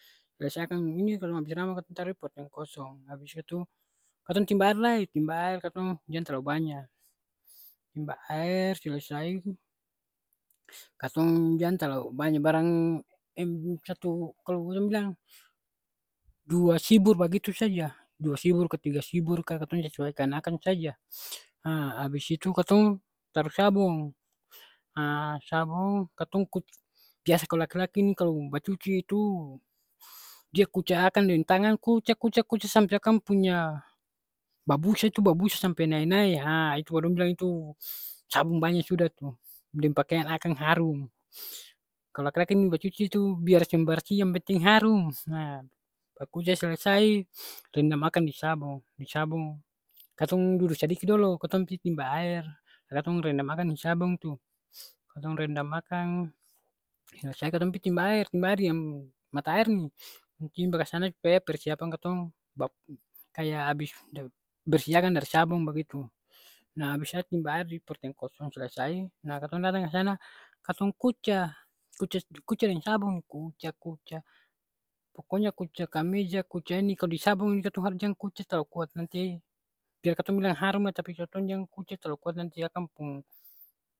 Biasa kan ini kalo abis ramas katong taru di porteng kosong. Abis itu, katong timba aer lai, timba aer jang talo banya. Timba aer, selesai, katong jang talu banya barang em satu kalo katong bilang dua sibur bagitu saja. Dua sibur ka tiga sibur ka katong sesuaikan akang saja. Ha abis itu katong taru sabong. Ha sabong katong ku biasa kalo laki-laki ni kalo bacuci itu dia kuca akang deng tangang, kuca kuca kuca sampe akang punya babusa itu babusa sampe nae-nae. Ha itu baru dong bilang itu sabong banya sudah tu, deng pakiang akang harum. Kalo laki-laki ni bacuci tu biar seng barsih yang penting harum. Ha bakuca selesai, rendam akang di sabong. Di sabong. Katong dudu sadiki dolo, katong pi timba aer, katong rendam akang deng sabong tu. Katong rendam akang, selesai katong pi timba aer, timba aer di yang mata aer ni. Timba ka sana supaya persiapan katong ba kaya abis bersih akang dari sabong bagitu. Nah abis timba aer di porteng kosong selesai, na katong datang ka sana, katong kuca. Kuca deng sabong. Kuca kuca, pokonya kuca kameja, kuca ini, kalo di sabong ni katong harus jang kuca talalu kuat nanti, biar katong bilang harum lai, tapi katong jang kuca talo kuat nanti akang pung